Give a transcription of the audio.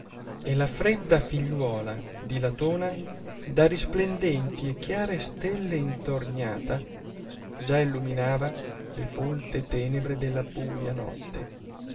e la fredda figliuola di latona da risplendenti e chiare stelle intorniata già illuminava le folte tenebre della buia notte